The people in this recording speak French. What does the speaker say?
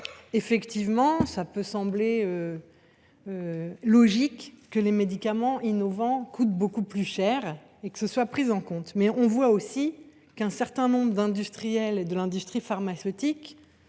transparence. Il peut sembler logique que les médicaments innovants coûtent beaucoup plus cher et que cela soit pris en compte. Mais l’on voit aussi un certain nombre d’industriels du secteur pharmaceutique